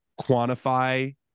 quantify